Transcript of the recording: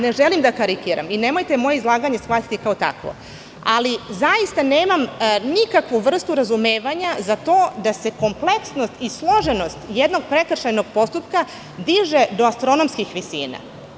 Ne želim da karikiram i nemojte moje izlaganje shvatiti kao takvo, ali zaista nemam nikakvu vrstu razumevanja za to da se kompleksnost i složenost jednog prekršajnog postupka diže do astronomskih visina.